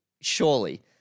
surely